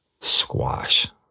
squash